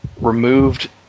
removed